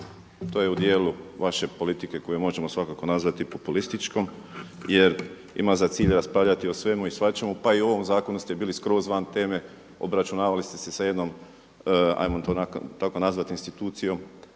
to je u dijelu vaše politike koji možemo svakako nazvati populističkom jer ima za cilj raspravljati o svemu i svačemu, pa i u ovom zakonu ste bili skroz van teme, obračunavali ste se sa jednom ajmo to tako nazvati institucijom